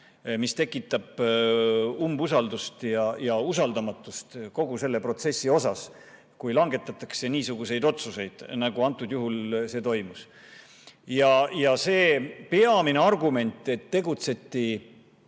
mis tekitab umbusaldust ja usaldamatust kogu selle protsessi vastu, kui langetatakse niisuguseid otsuseid, nagu antud juhul toimus. See peamine argument, et tegutseti